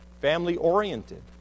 family-oriented